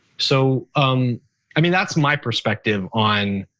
so i mean, that's my perspective on